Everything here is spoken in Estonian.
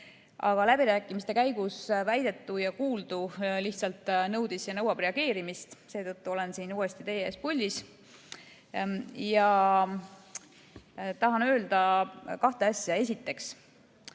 Aga läbirääkimiste käigus väidetu ja kuuldu lihtsalt nõuab reageerimist. Seetõttu olen uuesti teie ees puldis ja tahan öelda kahte asja. Esiteks,